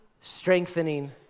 strengthening